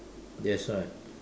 that's right